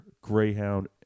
greyhound